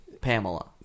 pamela